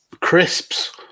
Crisps